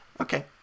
Okay